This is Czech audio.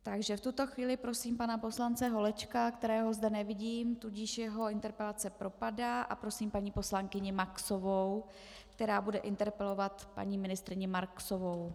Takže v tuto chvíli prosím pana poslance Holečka, kterého zde nevidím, tudíž jeho interpelace propadá, a prosím paní poslankyni Maxovou, která bude interpelovat paní ministryni Marksovou.